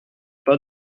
pas